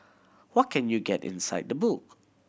what can you get inside the book